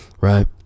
right